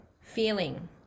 feeling